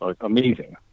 amazing